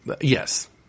yes